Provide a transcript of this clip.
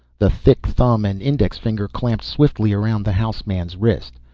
the thick thumb and index finger clamped swiftly around the house man's wrist,